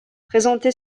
présenté